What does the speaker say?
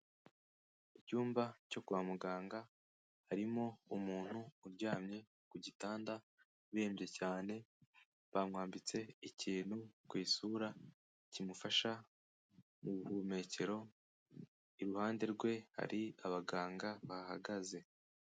Icyumba cyo kwa muganga harimo umuntu uryamye ku gitanda urembye cyane bamwambitse ikintu ku isura kimufasha mu buhumekero iruhande rwe hari abaganga bahagaze.